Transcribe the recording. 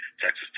Texas